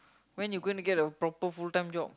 when you gonna get a proper full time job